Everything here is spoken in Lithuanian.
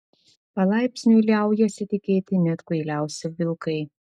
palaipsniui liaujasi tikėti net kvailiausi vilkai